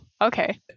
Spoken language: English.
okay